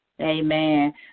amen